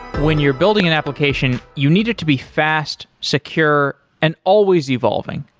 when you're building an application, you needed to be fast, secure and always evolving.